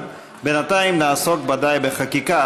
אבל בינתיים נעסוק בחקיקה,